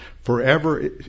Forever